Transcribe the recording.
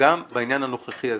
וגם בעניין הנוכחי הזה.